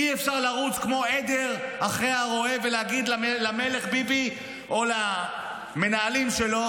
אי-אפשר לרוץ כמו עדר אחרי הרועה ולהגיד למלך ביבי או למנהלים שלו,